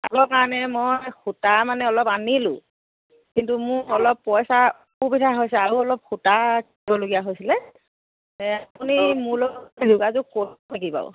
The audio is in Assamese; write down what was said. তাঁতৰ কাৰণে মই সূতা মানে অলপ আনিলোঁ কিন্তু মোৰ অলপ পইচা অসুবিধা হৈছে আৰু অলপ সূতা আনিবলগীয়া হৈছিলে এই আপুনি মোৰ লগত যোগাযোগ কৰিব নেকি বাৰু